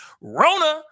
Rona